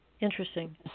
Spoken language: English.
Interesting